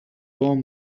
توم